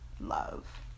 love